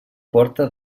porta